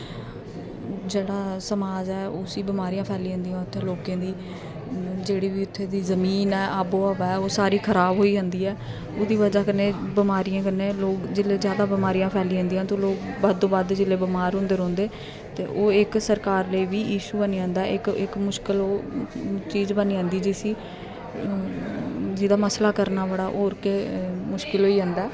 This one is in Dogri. जेहड़ा समाज ऐ उसी बिमारियां फैली जंदी उत्थै लोकें दी जेहड़ी बी उत्थे दी जमीन अवो हवा ऐ ओह् सारी ख़राब होई जंदी ऐ ओहदी बजह कन्नै बिमारियां कन्नै लोक जिसलै ज्यादा बिमारियां फैली जंदी ते ते लोक जिसले बिमार होंदे रौंहदे ते ओह् इक सरकार लेई बी ईशू बनी जंदा क मुश्किल ओह् चीज बनी जंदी जिसी जेहदा मसला करना बड़ा ओह् इक मुशकिल होई जंदा